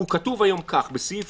הוא כתוב היום כך בסעיף